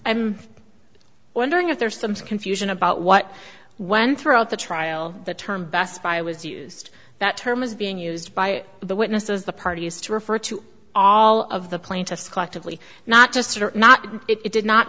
think wondering if there's some confusion about what went through at the trial the term best buy was used that term is being used by the witnesses the parties to refer to all of the plaintiffs collectively not just or not it did not